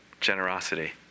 generosity